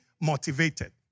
motivated